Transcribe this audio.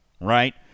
right